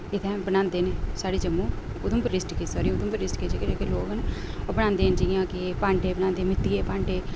इत्थैं बनांदे न साढ़े जम्मू उधमपुर डिस्टिक सारी उधमपुर डिस्टिक च जेह्के जेह्के लोक न ओह् बनांदे न जियां कि भांडे बनांदे न मिटिये भांडे